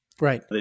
Right